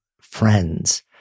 friends